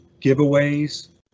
giveaways